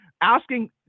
asking